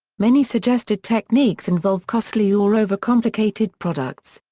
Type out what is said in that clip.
many suggested techniques involve costly or overcomplicated products.